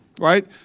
right